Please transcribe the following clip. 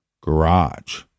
garage